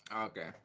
Okay